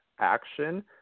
action